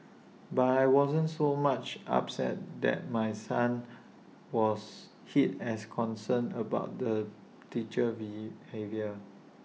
but I wasn't so much upset that my son was hit as concerned about the teacher's behaviour